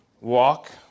walk